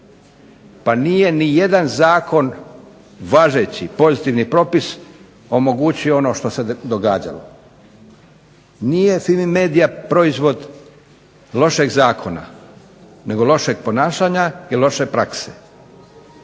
Pa nije nijedan zakon važeći, pozitivni propis omogućio ono što se događalo. Nije Fimi-medija proizvod lošeg zakona nego lošeg ponašanja i loše prakse.